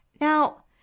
Now